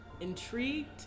intrigued